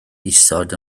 isod